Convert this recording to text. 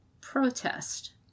Protest